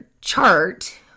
chart